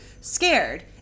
scared